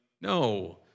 No